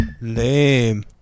Lame